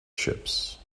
ships